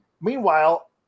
Meanwhile